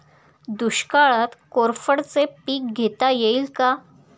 दुष्काळात कोरफडचे पीक घेता येईल का?